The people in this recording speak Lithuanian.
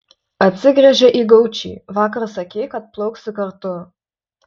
atsigręžė į gaučį vakar sakei kad plauksi kartu